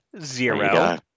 Zero